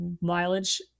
mileage